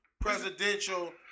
presidential